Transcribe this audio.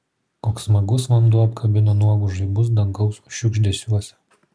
koks smagus vanduo apkabino nuogus žaibus dangaus šiugždesiuose